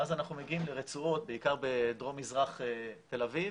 ואז אנחנו מגיעים לרצועות בעיקר בדרום מזרח תל אביב